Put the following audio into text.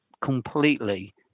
completely